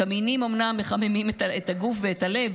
קמינים אומנם מחממים את הגוף ואת הלב,